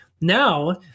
Now